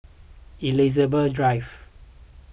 Elizabeth Drive